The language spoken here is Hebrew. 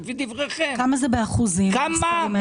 כמה זה באחוזים, המספרים האלה?